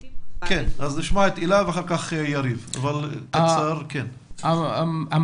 בתי ספר קיימים ובעצם בכל הסיפור הזה של הכפרים הלא מוכרים